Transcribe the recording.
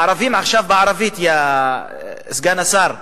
עכשיו בערבית, סגן השר,